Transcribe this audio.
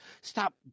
stop